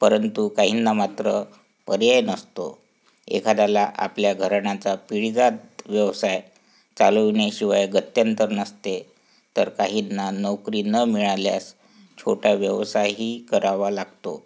परंतु काहींना मात्र पर्याय नसतो एखाद्याला आपल्या घराण्याचा पिढीजात व्यवसाय चालविण्याशिवाय गत्यंतर नसते तर काहींना नोकरी न मिळाल्यास छोटा व्यवसायही करावा लागतो